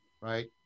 right